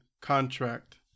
contract